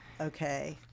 Okay